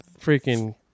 freaking